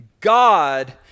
God